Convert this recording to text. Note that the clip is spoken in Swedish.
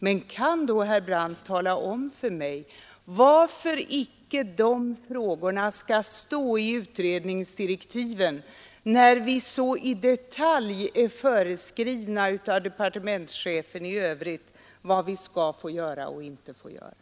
Men kan då herr Brandt tala om för mig varför de frågorna icke skall finnas med i utredningens direktiv, när departementschefen i övrigt så i detalj har föreskrivit vad vi får göra och inte göra?